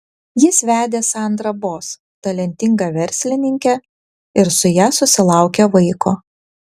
jis vedė sandrą boss talentingą verslininkę ir su ja susilaukė vaiko